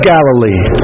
Galilee